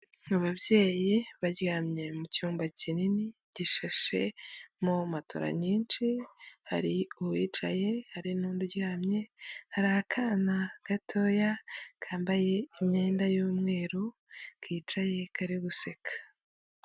Ababyeyi baryamye mu cyumba kinini gishashemo matora nyinshi, hari uwicaye hari n'uryamye, hari akana gatoya kambaye imyenda y'umweru kicaye kari guseka.